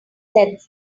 said